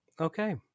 okay